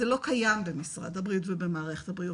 זה לא קיים במשרד הבריאות ובמערכת הבריאות,